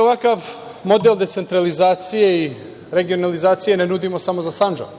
ovakav model decentralizacije i regionalizacije ne nudimo samo za Sandžak,